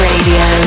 Radio